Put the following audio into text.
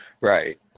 Right